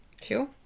Sure